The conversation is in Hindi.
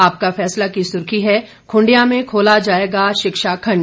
आपका फैसला की सुर्खी है खुंडिया में खोला जाएगा शिक्षा खंड